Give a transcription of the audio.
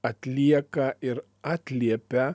atlieka ir atliepia